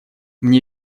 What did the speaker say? мне